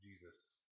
Jesus